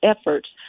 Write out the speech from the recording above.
efforts